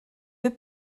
deux